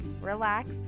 relax